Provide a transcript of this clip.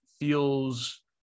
feels